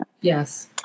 Yes